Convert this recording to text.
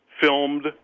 filmed –